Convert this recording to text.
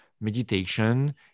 meditation